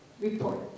report